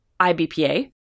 IBPA